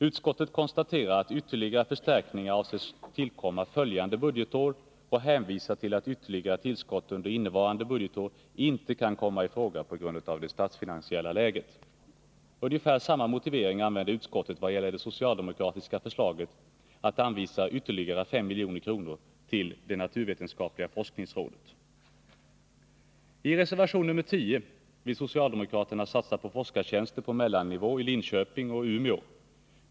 Utskottet konstaterar att ytterligare förstärkningar avses tillkomma följande budgetår, och hänvisar till att ytterligare tillskott under innevarande budgetår inte kan komma i fråga på grund av det statsfinansiella läget. Ungefär samma motivering använder utskottet vad gäller det socialdemokratiska förslaget att anvisa ytterligare 5 milj.kr. till naturvetenskapliga forskningsrådet. I reservation nr 10 vill socialdemokraterna satsa på forskartjänster på mellannivå i Linköping och Umeå.